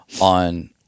on